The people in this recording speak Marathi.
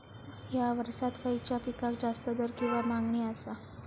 हया वर्सात खइच्या पिकाक जास्त दर किंवा मागणी आसा?